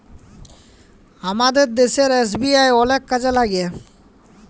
আমাদের দ্যাশের এস.বি.আই অলেক কাজে ল্যাইগে